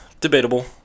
debatable